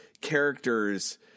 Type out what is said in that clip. characters